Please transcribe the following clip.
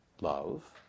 love